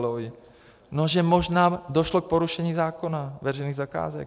No že možná došlo k porušení zákona veřejných zakázek.